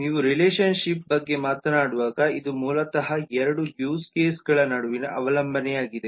ನೀವು ರಿಲೇಶನ್ಶಿಪ್ ಬಗ್ಗೆ ಮಾತನಾಡುವಾಗ ಇದು ಮೂಲತಃ ಎರಡು ಯೂಸ್ ಕೇಸ್ಗಳ ನಡುವಿನ ಅವಲಂಬನೆಯಾಗಿದೆ